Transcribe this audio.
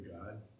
God